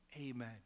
Amen